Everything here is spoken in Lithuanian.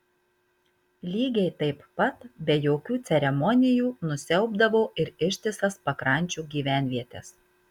lygiai taip pat be jokių ceremonijų nusiaubdavo ir ištisas pakrančių gyvenvietes